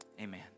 Amen